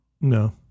No